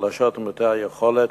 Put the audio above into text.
החלשות ומעוטי היכולת,